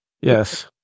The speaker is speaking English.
Yes